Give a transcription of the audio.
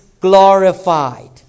glorified